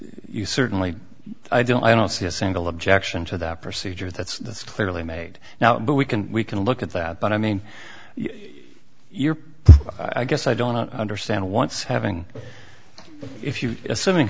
you certainly i don't i don't see a single objection to that procedure that's clearly made now but we can we can look at that but i mean you're i guess i don't understand once having if you